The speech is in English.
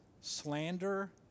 slander